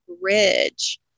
bridge